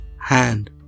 hand